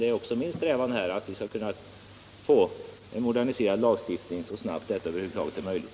Men även min strävan är att vi skall få en modernisering av lagstiftningen så snart detta över huvud taget är möjligt.